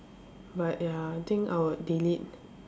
but ya I think I would delete